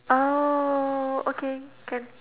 oh okay can